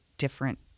different